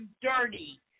dirty